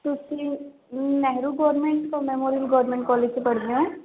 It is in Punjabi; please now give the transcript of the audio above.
ਤੁਸੀਂ ਨਹਿਰੂ ਗੌਰਮਿੰਟ ਤੋਂ ਮੈਮੋਰੀਅਲ ਗੌਰਮਿੰਟ ਕੋਲਜ 'ਚ ਪੜ੍ਹਦੇ ਹੋ